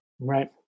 Right